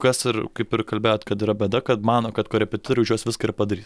kas ir kaip ir kalbėjot kad yra bėda kad mano kad korepetitoriai už juos viską ir padarys